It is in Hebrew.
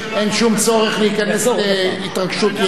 אין שום צורך להיכנס להתרגשות יתר.